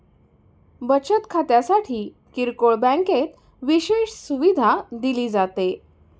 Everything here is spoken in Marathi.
बचत खात्यासाठी किरकोळ बँकेत विशेष सुविधा दिली जाते